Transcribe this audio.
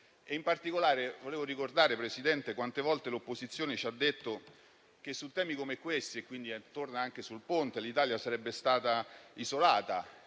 Presidente volevo ricordare quante volte l'opposizione ci ha detto che su temi come questo, tornando al Ponte, l'Italia sarebbe stata isolata